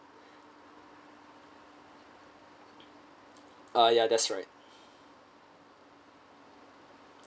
ah ya that's right